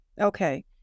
okay